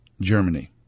Germany